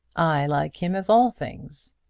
i like him of all things.